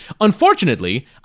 Unfortunately